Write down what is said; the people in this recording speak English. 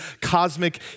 cosmic